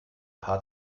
paar